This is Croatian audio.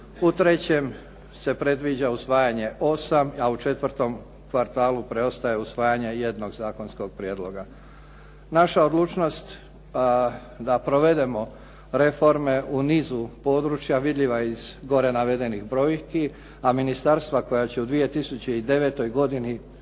u trećem se predviđa usvajanje 8 a u četvrtom kvartalu preostaje usvajanja jednog zakonskog prijedloga. Naša odlučnost da provedemo reforme u nizu područja vidljiva je iz gore navedenih brojki, a ministarstva koja će u 2009. godini